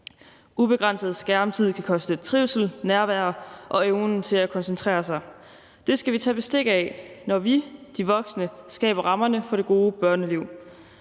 Ubegrænset skærmtid kan koste trivsel, nærvær og evnen til at koncentrere sig. Det skal vi tage bestik af, når vi, de voksne, skaber rammerne for det gode børneliv.